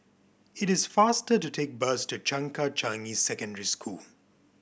it is faster to take the bus to Changkat Changi Secondary School